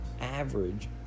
average